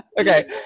Okay